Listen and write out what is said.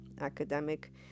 academic